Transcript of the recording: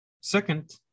Second